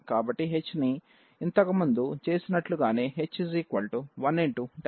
కాబట్టి hని ఇంతకు ముందు చేసినట్లుగానే h1 10 4 అని తీసుకుందాం